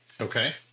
Okay